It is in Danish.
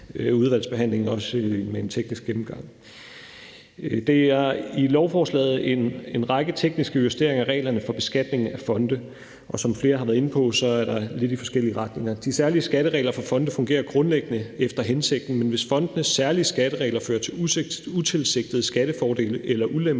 udvalgsbehandling også med en teknisk gennemgang. Der er i lovforslaget en række tekniske justeringer af reglerne for beskatning af fonde. Som flere har været inde på, er der noget i lidt forskellige retninger. De særlige skatteregler for fonde fungerer grundlæggende efter hensigten. Men hvis fondenes særlige skatteregler fører til utilsigtede skattefordele eller ulemper,